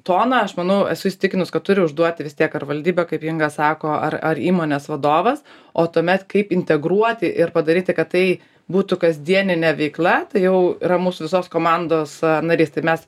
toną aš manau esu įsitikinus kad turi užduoti vis tiek ar valdyba kaip inga sako ar ar įmonės vadovas o tuomet kaip integruoti ir padaryti kad tai būtų kasdieninė veikla tai jau yra mūsų visos komandos narys tai mes